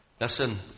Listen